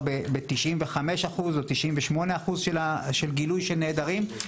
בתשעים וחמש אחוז או תשעים ושמונה אחוז של גילוי הנעדרים.